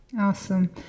awesome